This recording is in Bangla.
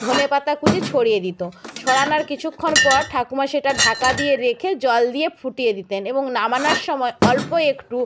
ধনেপাতা কুচি ছড়িয়ে দিতো ছড়ানোর কিছুক্ষণ পর ঠাকুমা সেটা ঢাকা দিয়ে রেখে জল দিয়ে ফুটিয়ে দিতেন এবং নামানোর সময় অল্প একটু